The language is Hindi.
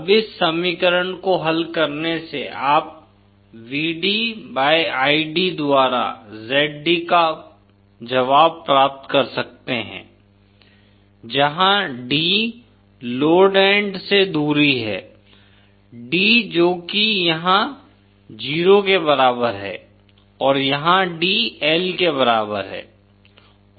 अब इस समीकरण को हल करने से आप Vd Id द्वारा Zd का जवाब प्राप्त कर सकते हैं जहाँ d लोड एन्ड से दूरी है d जो कि यहाँ 0 के बराबर है और यहाँ d L के बराबर है